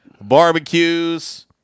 Barbecues